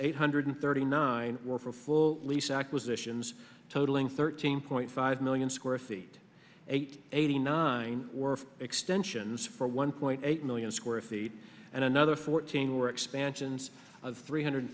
eight hundred thirty nine were for full lease acquisitions totaling thirteen point five million square feet eight eighty nine were extensions for one point eight million square feet and another fourteen were expansions of three hundred